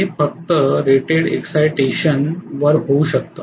हे फक्त rated excitation वर होऊ शकत